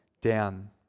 Down